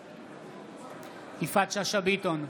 בעד יפעת שאשא ביטון,